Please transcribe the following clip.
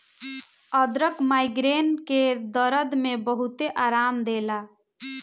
अदरक माइग्रेन के दरद में बहुते आराम देला